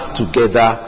together